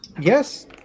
Yes